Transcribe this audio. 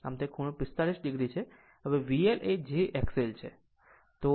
આમ તે ખૂણો 45 o છે હવે VL એ j XL છે